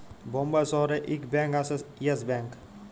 বোম্বাই শহরে ইক ব্যাঙ্ক আসে ইয়েস ব্যাঙ্ক